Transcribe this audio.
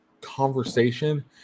conversation